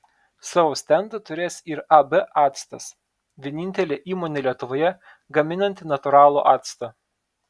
savo stendą turės ir ab actas vienintelė įmonė lietuvoje gaminanti natūralų actą